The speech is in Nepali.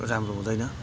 राम्रो हुँदैन